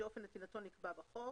שאופן נתינתו נקבע בחוק,